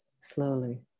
slowly